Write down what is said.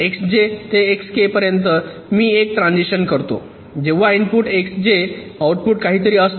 Xj ते Xk पर्यंत मी एक ट्रान्झिशन करतो जेव्हा इनपुट Xj आउटपुट काहीतरी असते